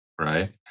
right